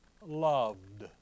loved